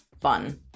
fun